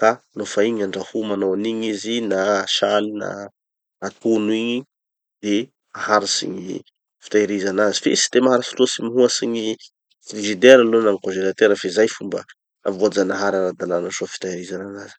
ka nofa igny andraho manao anigny izy, na asaly na atono igny de haharitsy gny fitahiriza anazy; fe tsy de maharitsy loatsy mihoatsy gny frizidera aloha na gny konzelatera fe zay fomba voajanahary ara-dalana soa fitahirizana anazy.